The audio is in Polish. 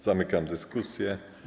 Zamykam dyskusję.